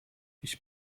ich